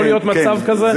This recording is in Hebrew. יכול להיות מצב כזה?